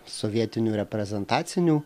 sovietinių reprezentacinių